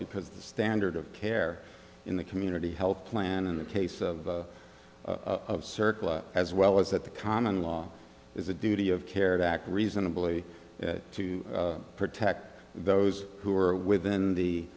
because the standard of care in the community health plan in the case of circle as well is that the common law is a duty of care to act reasonably to protect those who are within the